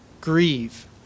grieve